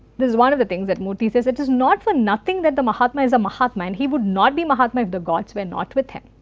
this is one of the thing that murthy says, it is not for nothing that the mahatma is a mahatma and he would not be mahatma if the gods were not with him.